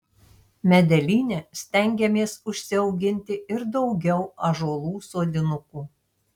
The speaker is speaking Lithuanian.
medelyne stengiamės užsiauginti ir daugiau ąžuolų sodinukų